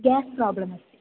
gas problem अस्ति